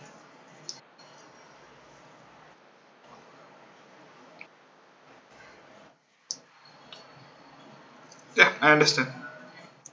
ya I understand